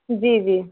جی جی